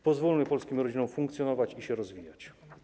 Pozwólmy polskim rodzinom funkcjonować i się rozwijać.